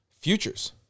Futures